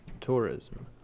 tourism